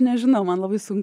nežinau man labai sunku